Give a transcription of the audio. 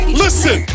listen